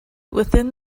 within